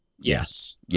Yes